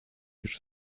już